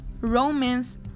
Romance